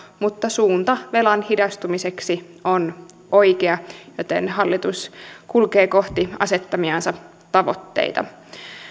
mutta suunta velkaantumisen hidastumiseksi on oikea joten hallitus kulkee kohti asettamiansa tavoitteita